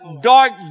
dark